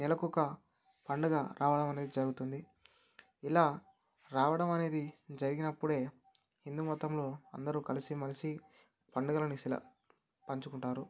నెలకు ఒక పండుగ రావడం అనేది జరుగుతుంది ఇలా రావడం అనేది జరిగినప్పుడే హిందూ మతంలో అందరూ కలిసిమెలిసి పండగలను ఇలా పంచుకుంటారు హిందువులు